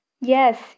Yes